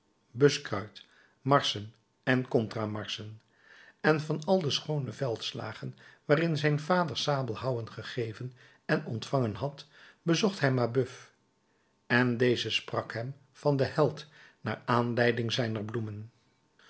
buskruit marschen en contra marschen en van al de schoone veldslagen waarin zijn vader sabelhouwen gegeven en ontvangen had bezocht hij mabeuf en deze sprak hem van den held naar aanleiding zijner bloemen